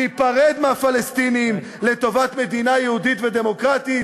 להיפרד מהפלסטינים לטובת מדינה יהודית ודמוקרטית,